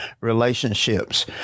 relationships